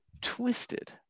twisted